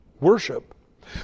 worship